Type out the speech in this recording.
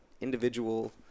individual